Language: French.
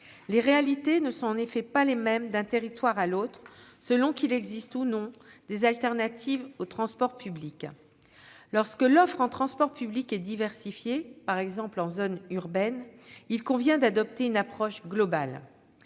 Les réalités ne sont, en effet, pas les mêmes d'un territoire à l'autre, selon qu'il existe ou non des alternatives aux transports publics. Lorsque l'offre de transports publics est diversifiée, par exemple en zone urbaine, il convient d'adopter une approche globale.